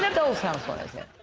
doll's house one?